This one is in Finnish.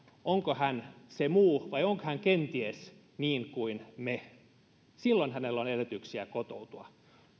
onko hän se muu vai onko hän kenties niin kuin me jolloin hänellä on edellytyksiä kotoutua